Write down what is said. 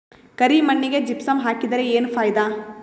ಕರಿ ಮಣ್ಣಿಗೆ ಜಿಪ್ಸಮ್ ಹಾಕಿದರೆ ಏನ್ ಫಾಯಿದಾ?